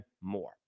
more